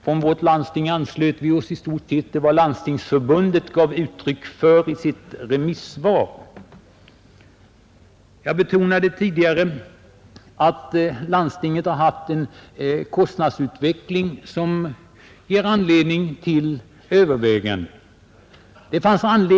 Inom vårt landsting anslöt vi oss i stort sett till de synpunkter Landstingsförbundet gav uttryck för i sitt remissvar. Jag betonade tidigare att landstingen har haft en kostnadsutveckling som ger anledning till överväganden.